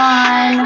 on